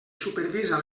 supervisa